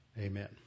Amen